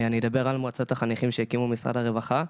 אני אדבר על מועצות החניכים שהקימו משרד הרווחה.